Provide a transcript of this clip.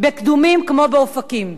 ובקדומים כמו באופקים.